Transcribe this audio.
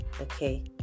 okay